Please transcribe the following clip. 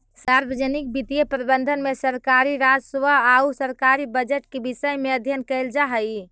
सार्वजनिक वित्तीय प्रबंधन में सरकारी राजस्व आउ सरकारी बजट के विषय में अध्ययन कैल जा हइ